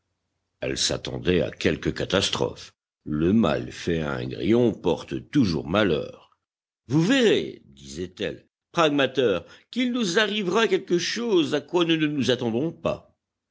elle s'attendait à quelque catastrophe le mal fait à un grillon porte toujours malheur vous verrez disait-elle pragmater qu'il nous arrivera quelque chose à quoi nous ne nous attendons pas